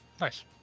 Nice